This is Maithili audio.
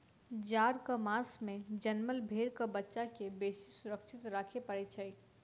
जाड़क मास मे जनमल भेंड़क बच्चा के बेसी सुरक्षित राखय पड़ैत छै